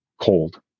cold